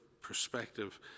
perspective